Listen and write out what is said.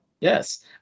Yes